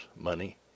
money